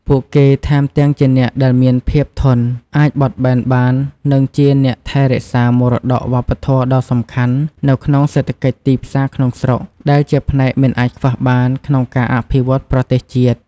ពួកគេ ថែមទាំងជាអ្នកដែលមានភាពធន់ អាចបត់បែនបាន និងជាអ្នកថែរក្សា មរតកវប្បធម៌ដ៏សំខាន់នៅក្នុងសេដ្ឋកិច្ចទីផ្សារក្នុងស្រុក ដែលជាផ្នែកមិនអាចខ្វះបានក្នុងការអភិវឌ្ឍប្រទេសជាតិ។